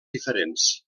diferents